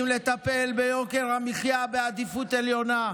לטפל ביוקר המחיה בעדיפות עליונה,